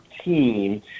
team